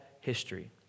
history